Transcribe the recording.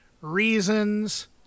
Reasons